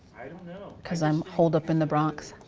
know. cause i'm hold up in the bronx?